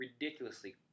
ridiculously